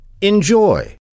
Enjoy